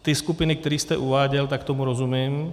Ty skupiny, které jste uváděl, tak tomu rozumím.